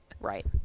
Right